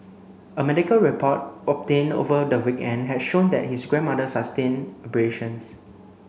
a medical report obtained over the weekend had showed that his grandmother sustained abrasions